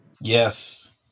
Yes